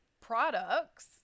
products